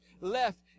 left